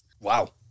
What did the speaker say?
Wow